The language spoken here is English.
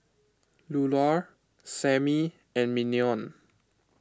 Lular Sammy and Mignon